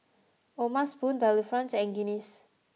O'ma Spoon Delifrance and Guinness